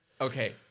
Okay